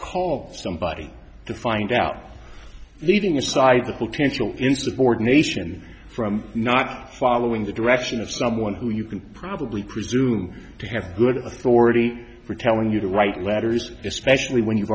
call somebody to find out leaving aside the potential insubordination from not following the direction of someone who you can probably presume to have good authority for telling you to write letters to specially when you've